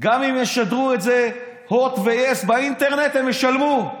גם אם ישדרו את זה הוט ויס באינטרנט, הם ישלמו.